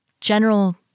general